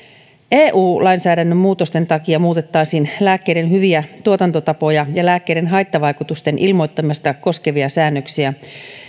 eu lainsäädännön muutosten takia muutettaisiin lääkkeiden hyviä tuotantotapoja ja lääkkeiden haittavaikutusten ilmoittamista koskevia säännöksiä